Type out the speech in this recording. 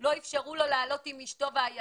לא אפשרו לו לעלות עם אשתו והילדה.